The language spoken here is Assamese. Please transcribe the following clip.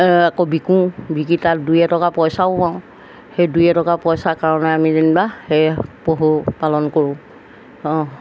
আকৌ বিকো বিক্ৰী তাত দুই এটকা পইচাও পাওঁ সেই দুই এটকা পইচাৰ কাৰণে আমি যেনিবা সেই পশু পালন কৰোঁ অঁ